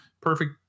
Perfect